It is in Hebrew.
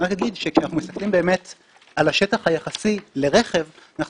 אני רק אגיד שכשאנחנו מסתכלים על השטח היחסי לרכב אנחנו